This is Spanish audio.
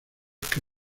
que